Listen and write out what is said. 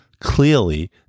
Clearly